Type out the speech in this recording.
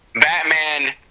Batman